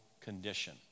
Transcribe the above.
condition